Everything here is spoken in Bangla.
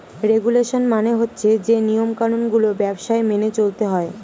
রেগুলেশন মানে হচ্ছে যে নিয়ম কানুন গুলো ব্যবসায় মেনে চলতে হয়